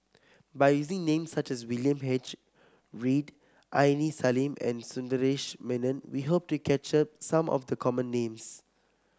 by using names such as William H Read Aini Salim and Sundaresh Menon we hope to capture some of the common names